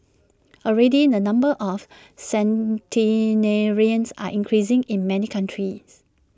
already the number of centenarians are increasing in many countries